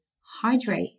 hydrate